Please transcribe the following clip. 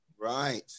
Right